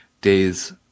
days